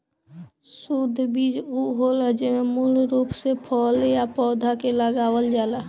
शुद्ध बीज उ होला जेमे मूल रूप से फल या पौधा के लगावल जाला